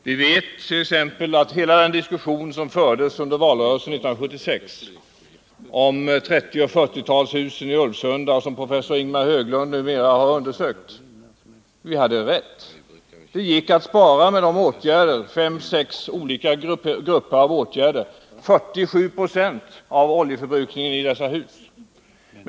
Vi vet t.ex. vilken diskussion som fördes under valrörelsen 1976 om 30 och 40-talshusen i Ulvsunda. Den undersökning som professor Ingemar Höglund numera gjort visar att vi hade rätt. Det gick att med fem sex olika grupper av åtgärder minska oljeförbrukningen i dessa hus med 47 90.